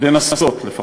לנסות לפחות,